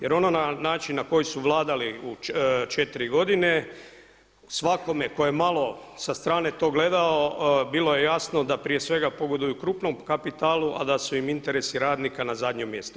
Jer ono na način na koji su vladali u četiri godine svakome tko je malo sa strane to gledao bilo je jasno da prije svega pogoduju krupnom kapitalu, a da su im interesi radnika na zadnjem mjestu.